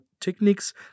techniques